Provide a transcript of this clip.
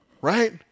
Right